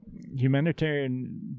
humanitarian